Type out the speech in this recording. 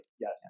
Yes